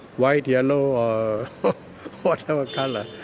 white, yellow or whatever colour,